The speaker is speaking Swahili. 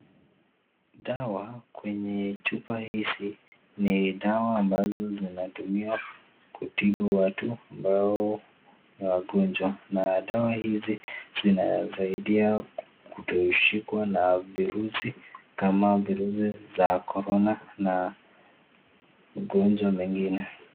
Dawa kwenye chupa hizi ni dawa ambazo zinatumiwa kutibu watu ambao ni wagonjwa na kukunywa hizi zinasaidia kushikwa na virusi kama vile za korona na ugonjwa mwengine.